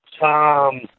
Tom